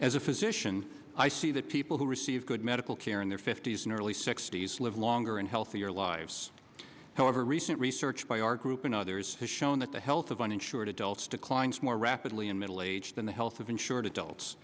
as a physician i see that people who receive good medical care in their fifties and early sixties live longer and healthier lives however recent research by our group and others has shown that the health of uninsured adults declines more rapidly in middle age than the health of insured adults